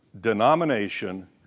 denomination